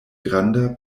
granda